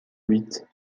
huit